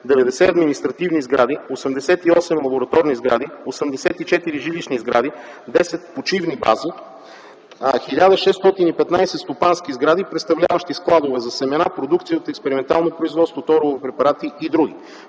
90 административни сгради, 88 лабораторни сгради, 84 жилищни сгради, 10 почивни бази, 1615 стопански сгради, представляващи складове за семена, продукция от експериментално производство, торове, препарати и други.